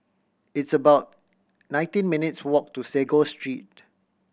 it's about nineteen minutes' walk to Sago Street